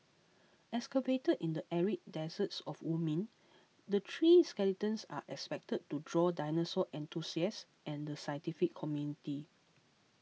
excavated in the arid deserts of Wyoming the three skeletons are expected to draw dinosaur enthusiasts and the scientific community